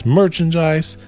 merchandise